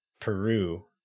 Peru